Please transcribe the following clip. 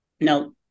Now